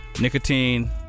nicotine